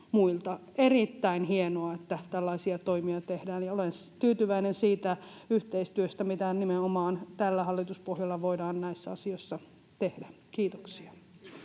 Erittäin hienoa, että tällaisia toimia tehdään, ja olen tyytyväinen siitä yhteistyöstä, mitä nimenomaan tällä hallituspohjalla voidaan näissä asioissa tehdä. — Kiitoksia.